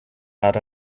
not